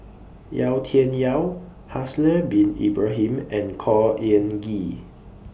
Yau Tian Yau Haslir Bin Ibrahim and Khor Ean Ghee